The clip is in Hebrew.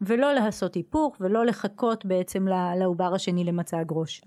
ולא לעשות היפוך ולא לחכות בעצם לעובר השני למצג ראש.